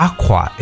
Aqua